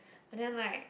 and then like